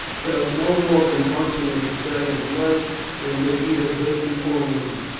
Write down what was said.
felt no more compunction at the sight of blood than did either briton or roman.